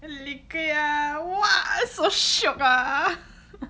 liquid ah !wah! so shiok ah